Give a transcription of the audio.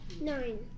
Nine